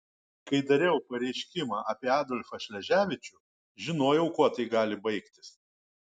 kai dariau pareiškimą apie adolfą šleževičių žinojau kuo tai gali baigtis